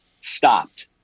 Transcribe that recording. stopped